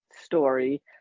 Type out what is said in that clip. story